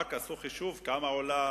רק עשו חישוב כמה עולה